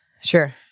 Sure